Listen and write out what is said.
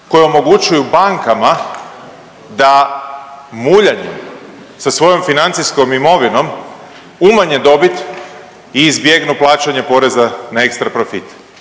koje omogućuju bankama da muljanjem sa svojom financijskom imovinom imanje dobit i izbjegnu plaćanje poreza na ekstraprofit.